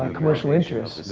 ah commercial interest.